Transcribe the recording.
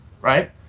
right